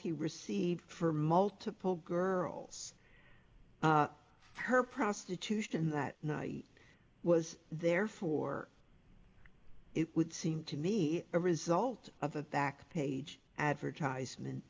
he received for multiple girls her prostitution that night was therefore it would seem to me a result of the back page advertisement